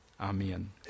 Amen